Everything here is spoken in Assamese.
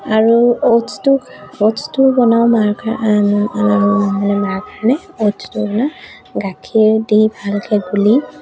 আৰু অ'টছটো অ'টছটো বনাওঁ মাৰ কা আমাৰ মানে মাৰ কাৰণে অ'টছটো বনাওঁ গাখীৰ দি ভালকৈ গুলি